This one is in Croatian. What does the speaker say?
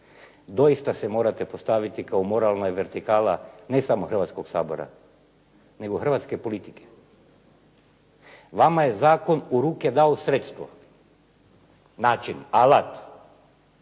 doista se morate postaviti kao moralna vertikala ne samo Hrvatskog sabora, nego hrvatske politike. Vama je zakon u ruke dao sredstvo, način, alat